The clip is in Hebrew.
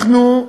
אנחנו,